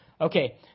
Okay